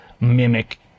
mimic